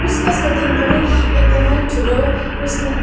क्रिसमसको दिन पनि एकदमै ठुलो क्रिसमस